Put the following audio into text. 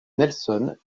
nelson